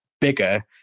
bigger